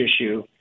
issue